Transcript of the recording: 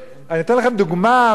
אני אתן לכם דוגמה מהזיכרון,